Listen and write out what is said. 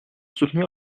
soutenir